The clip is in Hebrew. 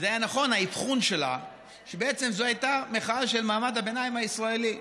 היה נכון האבחון שלה שבעצם זו הייתה מחאה של מעמד הביניים הישראלי,